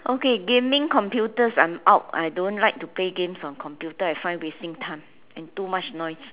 okay gaming computers I'm out I don't like to play games on computer I find wasting time and too much noise